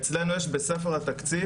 אצלנו יש, בספר התקציב.